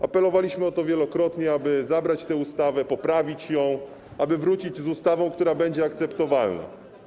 Apelowaliśmy o to wielokrotnie, aby zabrać tę ustawę, poprawić ją, aby wrócić z ustawą, która będzie akceptowalna.